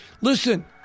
Listen